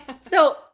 So-